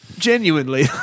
Genuinely